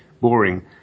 boring